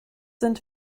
sind